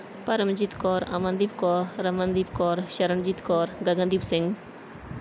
Paramjit Kaur Amandeep Kaur Ramandeep Kaur Sharanjit Kaur Gagandeep Singh